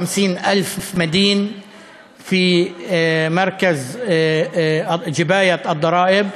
257,000 חייבים במרכז לגביית המסים.